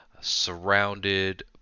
surrounded